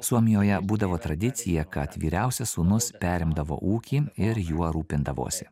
suomijoje būdavo tradicija kad vyriausias sūnus perimdavo ūkį ir juo rūpindavosi